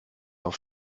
auf